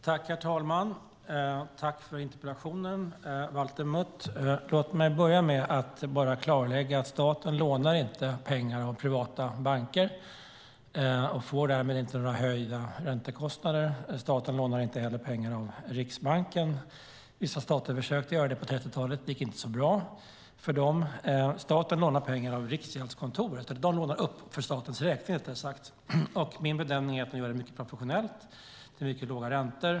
Herr talman! Jag tackar Valter Mutt för interpellationen. Låt mig börja med att klarlägga att staten inte lånar pengar av privata banker. Den får därmed inga höjda räntekostnader. Staten lånar heller inte pengar av Riksbanken. Vissa stater försökte göra det på 30-talet, men det gick inte så bra för dem. Riksgäldskontoret lånar upp pengar för statens räkning. Min bedömning är att de gör det mycket professionellt till mycket låga räntor.